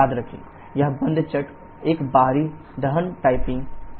याद रखें यह बंद चक्र एक बाहरी दहन टाइपिंग है